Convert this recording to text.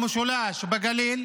במשולש, בגליל,